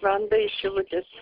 vanda iš šilutės